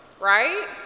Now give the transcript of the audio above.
right